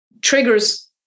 triggers